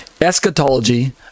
eschatology